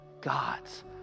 God's